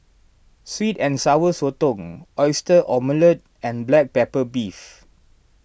Sweet and Sour Sotong Oyster Omelette and Black Pepper Beef